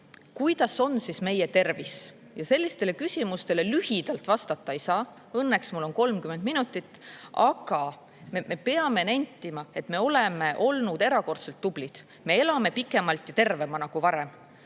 kuidas on siis meie tervis? Sellistele küsimustele lühidalt vastata ei saa. Õnneks on mul 30 minutit. Me peame nentima, et me oleme olnud erakordselt tublid, me elame pikemalt ja tervemana kui varem.